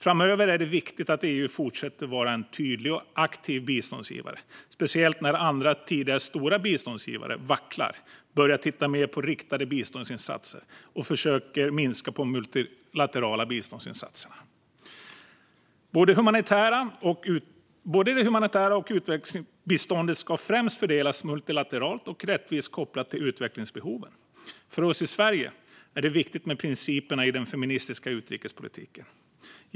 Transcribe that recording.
Framöver är det viktigt att EU fortsätter vara en tydlig och aktiv biståndsgivare - särskilt när andra, tidigare stora biståndsgivare vacklar, börjar titta mer på riktade biståndsinsatser och försöker minska multilaterala biståndsinsatser. Både det humanitära biståndet och utvecklingsbiståndet ska främst fördelas multilateralt och rättvist kopplat till utvecklingsbehoven. För oss i Sverige är det viktigt med principerna i den feministiska utrikespolitiken.